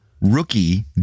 rookie